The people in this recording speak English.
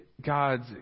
God's